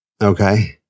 Okay